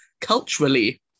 culturally